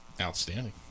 Outstanding